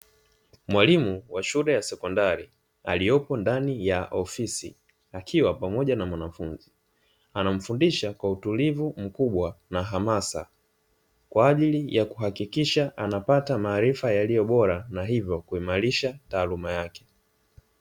Mwalimu wa shule ya sekondari aliyepo ndani ya ofisi akiwa pamoja na mwanafunzi, anamfundisha kwa utulivu mkubwa na hamasa kwa ajili ya kuhakikisha anapata maarifa yaliyo bora na hivyo kuimarisha taaluma yake.